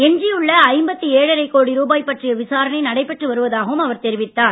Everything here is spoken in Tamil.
எஞ்சியுள்ள ஐம்பத்து ஏழரை கோடி ருபாய் பற்றிய விசாரணை நடைபெற்று வருவதாகவும் அவர் தெரிவித்தார்